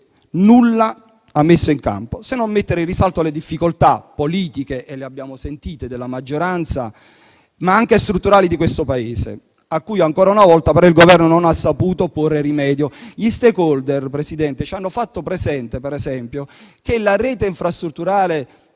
nulla ha messo in campo, ma ha soltanto messo in risalto le difficoltà politiche - le abbiamo sentite - della maggioranza, ma anche strutturali di questo Paese, a cui ancora una volta, però, il Governo non ha saputo porre rimedio. Gli *stakeholder* ci hanno fatto presente, per esempio, che la rete infrastrutturale